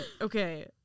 Okay